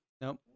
nope